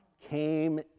came